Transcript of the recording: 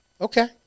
Okay